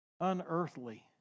unearthly